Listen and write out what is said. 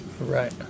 right